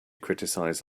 criticize